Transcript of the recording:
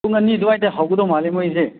ꯄꯨꯡ ꯑꯅꯤ ꯑꯗꯨꯋꯥꯏꯗ ꯍꯧꯒꯗꯕ ꯃꯥꯜꯂꯦ ꯃꯣꯏꯒꯤꯁꯦ